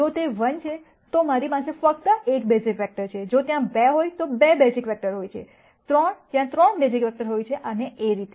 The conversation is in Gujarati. જો તે 1 છે તો મારી પાસે ફક્ત 1 બેઝિક વેક્ટર છે જો ત્યાં 2 હોય તો 2 બેઝિક વેક્ટર હોય છે 3 ત્યાં 3 બેઝિક વેક્ટર હોય છે અને તે રીતે